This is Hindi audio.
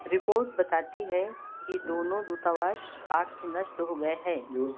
रिपोर्ट बताती हैं कि दोनों दूतावास आग से नष्ट हो गए हैं